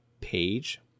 page